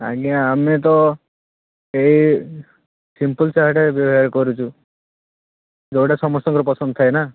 ଆଜ୍ଞା ଆମେ ତ ଏଇ ସିମ୍ପଲ୍ ଚାଟ୍ ଏବେ କରୁଛୁ ଯେଉଁଟା ସମସ୍ତଙ୍କର ପସନ୍ଦ ଥାଏ ନା